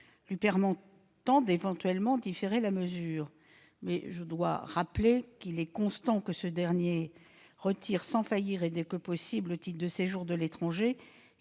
lui permettant éventuellement de différer la mesure. Je dois rappeler qu'il est constant que ce dernier retire sans faillir, et dès que possible, le titre de séjour de l'étranger